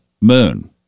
moon